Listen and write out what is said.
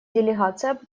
делегация